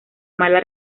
mala